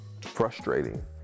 frustrating